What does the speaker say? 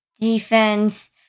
defense